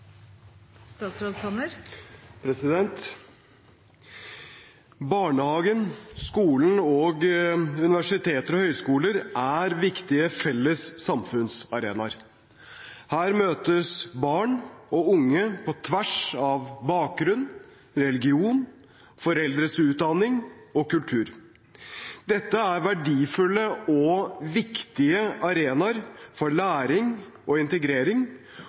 viktige felles samfunnsarenaer. Her møtes barn og unge på tvers av bakgrunn, religion, foreldres utdanning og kultur. Dette er verdifulle og viktige arenaer for læring og integrering,